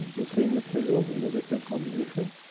the same material in a different combination.